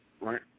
right